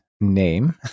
name